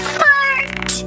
fart